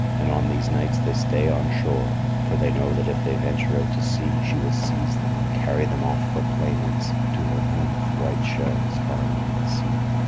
and on these nights they stay on shore, for they know that if they venture out to sea she will seize them and carry them off for playmates to her home of bright shells far under the sea.